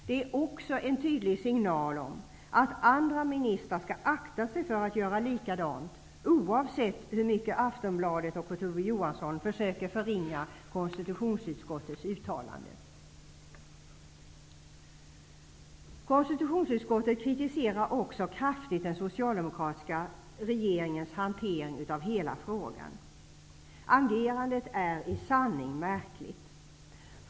Det är också en tydlig signal att andra ministrar skall akta sig för att göra likadant, oavsett hur mycket Aftonbladet och Kurt Ove Johansson försöker förringa konstitutionsutskottets uttalande. Konstitutionsutskottet kritiserar också kraftigt den socialdemokratiska regeringens hantering av hela frågan. Agerandet är i sanning märkligt.